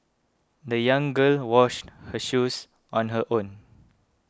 the young girl washed her shoes on her own